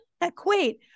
equate